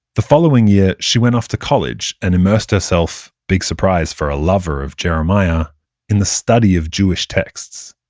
the following year she went off to college, and immersed herself big surprise for a lover of jeremiah in the study of jewish texts.